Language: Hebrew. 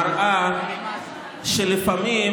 מראה שלפעמים